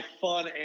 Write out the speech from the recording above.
fun